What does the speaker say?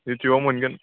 भिडिय'आव मोनगोन